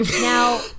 Now